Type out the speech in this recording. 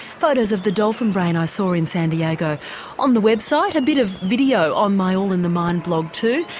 photos of the dolphin brain i ah saw in san diego on the website, a bit of video on my all in the mind blog too.